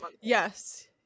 yes